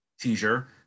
teaser